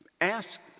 ask